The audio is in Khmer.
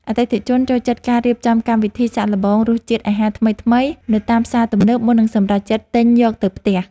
អតិថិជនចូលចិត្តការរៀបចំកម្មវិធីសាកល្បងរសជាតិអាហារថ្មីៗនៅតាមផ្សារទំនើបមុននឹងសម្រេចចិត្តទិញយកទៅផ្ទះ។